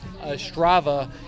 Strava